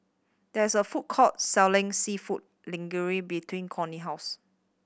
there is a food court selling Seafood Linguine between Corie house